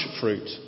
fruit